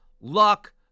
luck